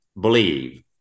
believe